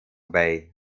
bay